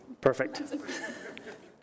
Perfect